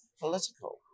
political